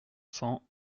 cents